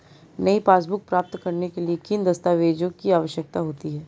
नई पासबुक प्राप्त करने के लिए किन दस्तावेज़ों की आवश्यकता होती है?